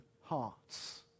hearts